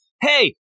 Hey